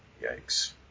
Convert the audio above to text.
yikes